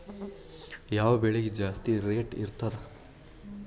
ಯಾವ ಬೆಳಿಗೆ ಜಾಸ್ತಿ ರೇಟ್ ಇರ್ತದ?